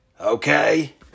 Okay